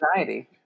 anxiety